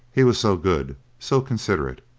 he was so good, so considerate,